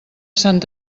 sant